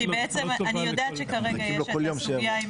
כי אני יודעת שכרגע יש את הסוגיה עם